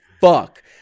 fuck